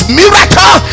miracle